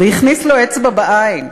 והכניס לו אצבע בעין,